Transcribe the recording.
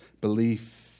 belief